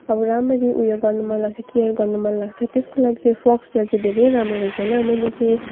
अब राम्ररी ऊ यो गर्नु मन लाग्छ केयर गर्नु मन लाग्छ त्यसको लागि चाहिँ फोस्कटेल चाहिँ धेरै राम्रो रहेछ होइन मैले चाहिँ